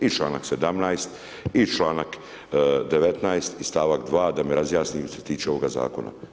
I članak 17. i članak 19. i stavak 2. da mi razjasnite što se tiče ovoga zakona.